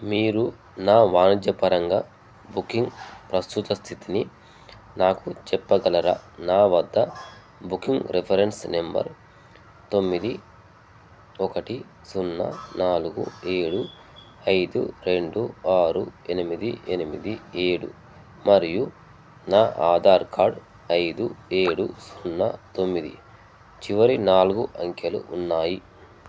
మీరు నా వాణిజ్యపరంగా బుకింగ్ ప్రస్తుత స్థితిని నాకు చెప్పగలరా నా వద్ద బుకింగ్ రిఫరెన్స్ నెంబర్ తొమ్మిది ఒకటి సున్నా నాలుగు ఏడు ఐదు రెండు ఆరు ఎనిమిది ఎనిమిది ఏడు మరియు నా ఆధార్ కార్డ్ ఐదు ఏడు సున్నా తొమ్మిది చివరి నాలుగు అంకెలు ఉన్నాయి